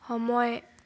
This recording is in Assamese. সময়